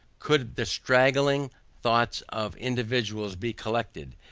could the straggling thoughts of individuals be collected,